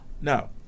no